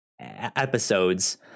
episodes